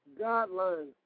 guidelines